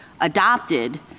adopted